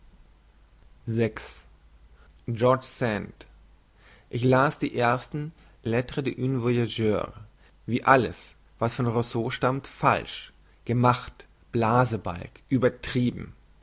sand ich las die ersten lettres d'un voyageur wie alles was von rousseau stammt falsch gemacht blasebalg übertrieben